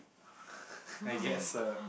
I guess so